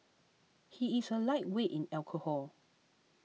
he is a lightweight in alcohol